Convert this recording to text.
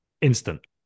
instant